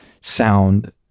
sound